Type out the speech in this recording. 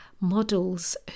models